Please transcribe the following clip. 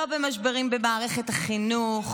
לא במשברים במערכת החינוך,